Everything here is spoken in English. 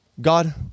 God